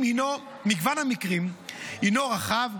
מגוון המקרים הינו רחב,